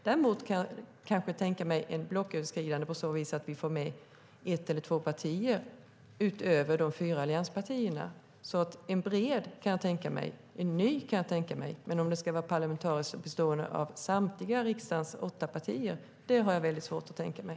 Däremot kan jag kanske tänka mig en blocköverskridande överenskommelse på så vis att vi får med ett eller två partier utöver de fyra allianspartierna. En bred överenskommelse kan jag alltså tänka mig. En ny överenskommelse kan jag tänka mig. Men att den ska vara parlamentarisk och bestående av riksdagens samtliga åtta partier har jag väldigt svårt att tänka mig.